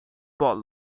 paul